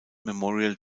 memorial